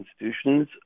institutions